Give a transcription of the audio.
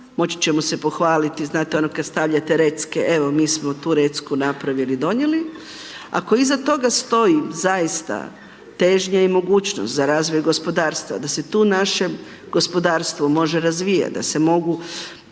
Moći ćemo se pohvaliti, znate ono kad stavljate recke, evo mi smo tu recku napravili i donijeli. Ako iza toga stoji zaista težnja i mogućnost za razvoj gospodarstva, da se tu naše gospodarstvo može razvijat, da se mogu